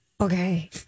Okay